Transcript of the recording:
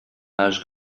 âge